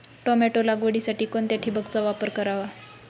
Tomato लागवडीसाठी कोणत्या ठिबकचा वापर करावा?